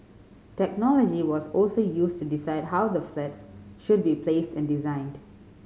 technology was also used to decide how the flats should be placed and designed